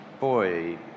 boy